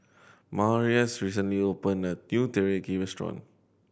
Marius recently opened a new Teriyaki Restaurant